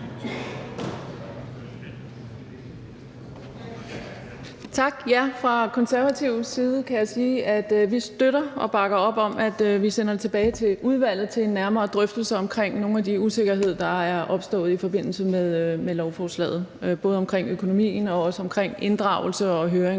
Tak. Fra Konservatives side kan jeg sige, at vi støtter og bakker op om, at vi sender det tilbage til udvalget til en nærmere drøftelse af nogle af de usikkerheder, der er opstået i forbindelse med lovforslaget, både omkring økonomien og også omkring inddragelse og høring